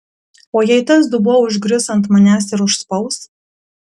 o jei tas dubuo užgrius ant manęs ir užspaus